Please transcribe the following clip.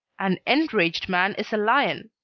an enraged man is a lion,